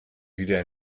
wieder